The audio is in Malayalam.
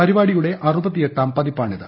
പരിപാടിയുടെ അറുപത്തിയെട്ടാം പതിപ്പാണിത്